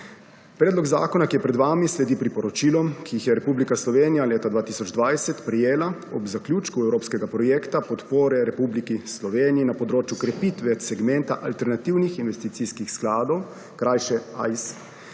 Predlog zakona, ki je pred vami, sledi priporočilom, ki jih je Republika Slovenija leta 2020 prejela ob zaključku evropskega projekta podpore Republiki Sloveniji na področju krepitve segmenta alternativnih investicijskih skladov, krajše AIS.